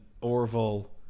Orville